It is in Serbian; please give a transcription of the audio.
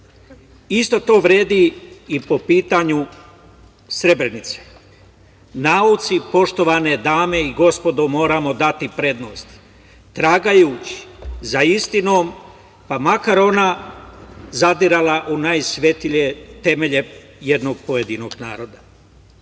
Isto to vredi i po pitanju Srebrenice. Nauci, poštovane dame i gospodo, moramo dati prednost, tragajući za istinom, pa makar ona zadirala u najsvetije temelje jednog pojedinog naroda. Kada